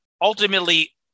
ultimately